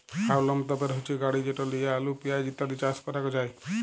হাউলম তপের হচ্যে গাড়ি যেট লিয়ে আলু, পেঁয়াজ ইত্যাদি চাস ক্যরাক যায়